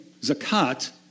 zakat